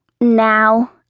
Now